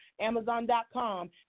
Amazon.com